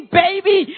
baby